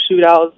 shootouts